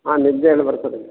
ಹಾಂ ನಿದ್ದೆ ಎಲ್ಲ ಬರ್ತದೆ ರೀ